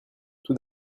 tout